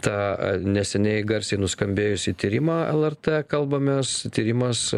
tą neseniai garsiai nuskambėjusį tyrimą lrt kalbamės tyrimas